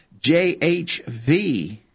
JHV